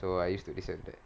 so I used to listen to that